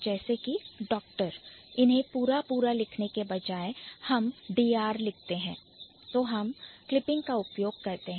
जैसे कि शब्द DOCTOR को पूरा पूरा लिखने के बजाय हम सिर्फ Dr लिखते हैं तो हम Clipping का उपयोग करते हैं